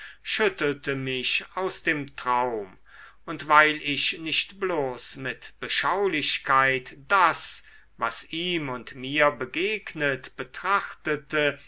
schüttelte mich aus dem traum und weil ich nicht bloß mit beschaulichkeit das was ihm und mir begegnet betrachtete